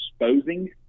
exposing